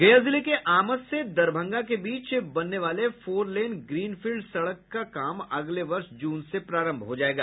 गया जिले के आमस से दरभंगा के बीच बनने वाले फोर लेन ग्रीन फिल्ड सड़क का काम अगले वर्ष जून से प्रारंभ हो जायेगा